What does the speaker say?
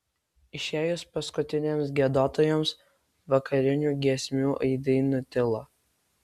išėjus paskutiniams giedotojams vakarinių giesmių aidai nutilo